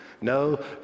No